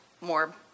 more